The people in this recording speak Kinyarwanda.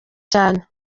cyane